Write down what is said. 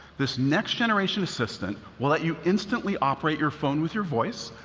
this next generation assistant will let you instantly operate your phone with your voice,